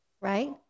Right